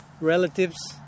relatives